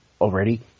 already